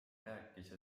rääkis